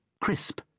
crisp